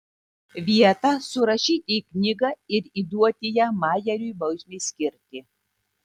vietą surašyti į knygą ir įduoti ją majeriui bausmei skirti